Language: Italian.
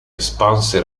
espanse